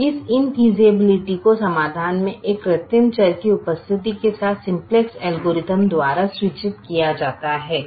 अब इस इन्फेयसिबिल्टी को समाधान में एक कृत्रिम चर की उपस्थिति के साथ सिंप्लेक्स एल्गोरिथ्म द्वारा सूचित किया गया है